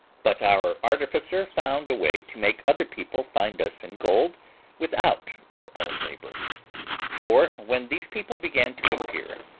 but our artificer found a way to make other people find us in gold without our own labour for, when these people began to appear,